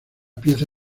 pieza